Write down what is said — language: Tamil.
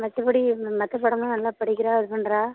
மற்றப்படி மற்ற பாடம்மெல்லாம் நல்லா படிக்கிறா இது பண்ணுறா